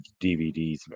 dvds